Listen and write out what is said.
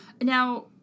Now